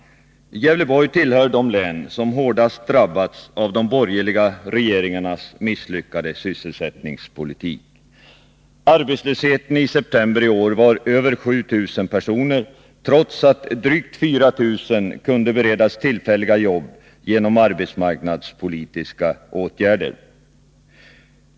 Gävleborg tillhör de län som hårdast drabbats av de borgerliga regeringarnas misslyckade sysselsättningspolitik. Arbetslösheten i september i år var över 7 000 personer, trots att drygt 4 000 kunde beredas tillfälliga jobb genom arbetsmarknadspolitiska åtgärder.